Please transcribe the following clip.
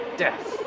death